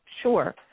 Sure